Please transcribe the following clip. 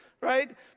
right